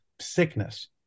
sickness